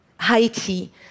Haiti